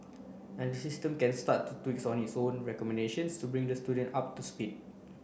and the system can start to tweak its own recommendations to bring the student up to speed